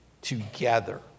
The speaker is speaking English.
together